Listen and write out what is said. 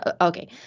Okay